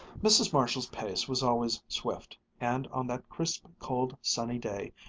mrs. marshall's pace was always swift, and on that crisp, cold, sunny day,